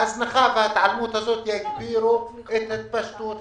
ההזנחה וההתעלמות הזאת יגבירו את התפשטות המגפה,